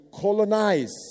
colonize